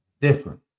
different